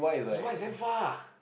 it's damn far